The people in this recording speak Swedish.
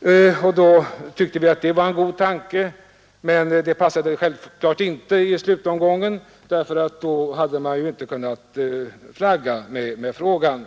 Vi tyckte alltså att det var en god tanke som här väckts, men den passade självfallet inte i slutomgången, ty då hade oppositionen inte kunnat flagga i frågan.